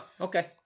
Okay